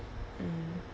mm